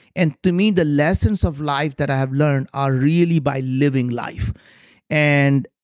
and to me the lessons of life that i have learned are really by living life and